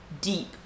deep